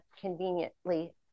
conveniently